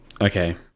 Okay